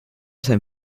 sein